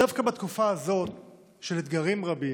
דווקא בתקופה זו של אתגרים רבים,